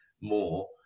more